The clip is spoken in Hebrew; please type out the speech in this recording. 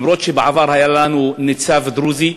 אף-על-פי שבעבר היה לנו ניצב דרוזי,